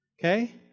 Okay